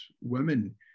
women